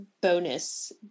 bonus